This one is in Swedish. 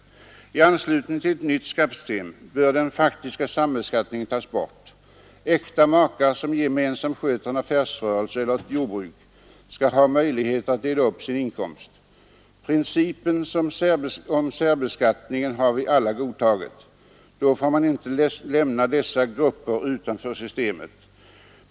I anslutning till ett nytt skattesystem bör den faktiska sambeskattningen tas bort. Äkta makar, som gemensamt sköter en affärsrörelse eller ett jordbruk, skall ha möjligheter att dela upp sin inkomst. Principen om särbeskattning har vi alla godtagit. Då får man inte lämna dessa grupper utanför systemet.